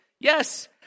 Yes